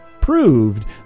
proved